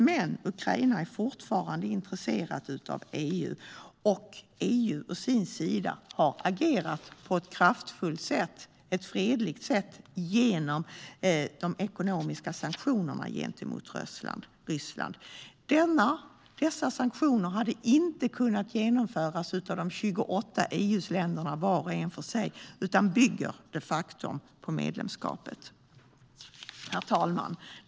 Men Ukraina är fortfarande intresserat av EU, och EU å sin sida har agerat på ett kraftfullt och fredligt sätt genom de ekonomiska sanktionerna gentemot Ryssland. Dessa sanktioner hade inte kunnat genomföras av de 28 EU-länderna var för sig, utan sanktionerna bygger på medlemskapet. Herr talman!